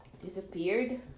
Disappeared